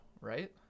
right